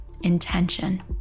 intention